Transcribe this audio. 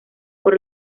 por